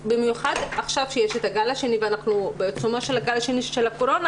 במיוחד שיש עכשיו את הגל השני ואנחנו בעיצומו של הגל השני של הקורונה,